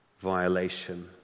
Violation